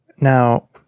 Now